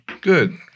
Good